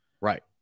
Right